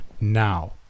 now